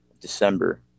December